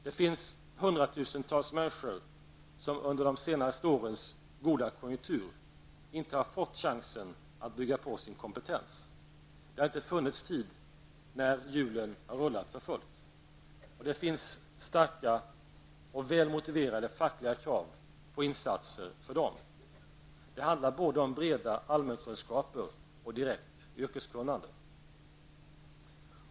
Det finns hundratusentals människor som under de senaste årens goda konjunktur inte har fått chansen att bygga på sin kompetens. Det har inte funnits tid, när hjulen har rullat för fullt. Det finns starka och väl motiverade fackliga krav på insatser för dem. Det handlar både om breda allmänkunskaper och direkt yrkeskunnande.